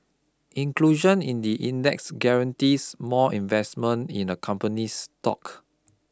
inclusion in the index guarantees more investment in a company's stock